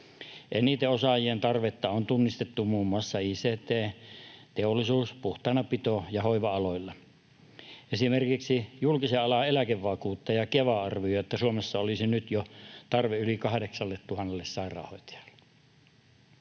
Eniten osaajien tarvetta on tunnistettu muun muassa ict‑, teollisuus‑, puhtaanapito- ja hoiva-aloilla. Esimerkiksi julkisen alan eläkevakuuttaja Keva arvioi, että Suomessa olisi nyt jo tarve yli 8 000 sairaanhoitajalle.